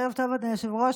ערב טוב, אדוני היושב-ראש.